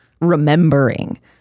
remembering